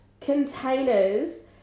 containers